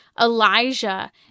Elijah